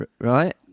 right